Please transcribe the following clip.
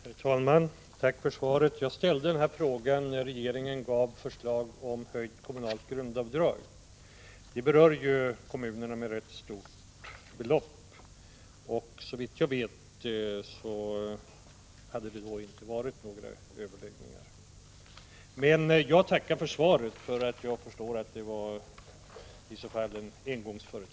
Herr talman! Tack för svaret! Jag ställde denna fråga när regeringen lade fram förslag om höjt kommunalt grundavdrag. Det gäller ett rätt stort belopp som berör kommunerna, och såvitt jag vet hade det då inte förekommit några överläggningar. Jag förstår nu att det var en engångsföreteelse, och jag tackar alltså för svaret.